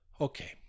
Okay